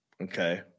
Okay